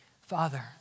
Father